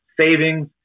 savings